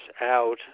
out